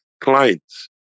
clients